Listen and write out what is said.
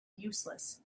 useless